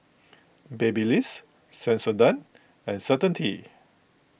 Babyliss Sensodyne and Certainty